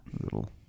little